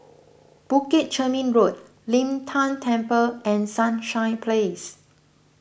Bukit Chermin Road Lin Tan Temple and Sunshine Place